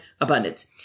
abundance